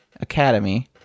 Academy